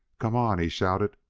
come on! he shouted.